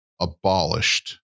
abolished